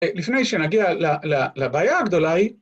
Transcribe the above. ‫לפני שנגיע לבעיה הגדולה היא...